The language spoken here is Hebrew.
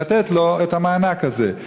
לתת לו את המענק הזה.